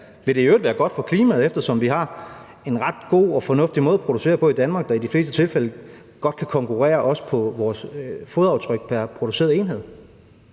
Vil det i øvrigt være godt for klimaet, eftersom vi har en ret god og fornuftig måde at producere på i Danmark, der i de fleste tilfælde godt kan konkurrere, også på vores fodaftryk pr. produceret enhed?